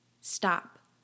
Stop